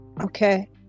Okay